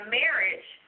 marriage